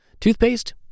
Toothpaste